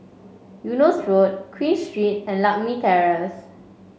Eunos Road Queen Street and Lakme Terrace